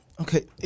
Okay